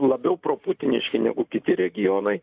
labiau proputiniški negu kiti regionai